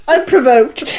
Unprovoked